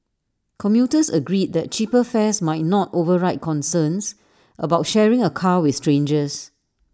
commuters agreed that cheaper fares might not override concerns about sharing A car with strangers